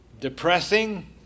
depressing